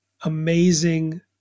amazing